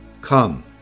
Come